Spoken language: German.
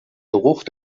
geruch